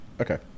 Okay